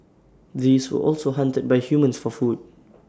these were also hunted by humans for food